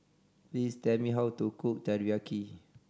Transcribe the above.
please tell me how to cook Teriyaki